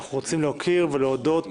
אנחנו רוצים להוקיר ולהודות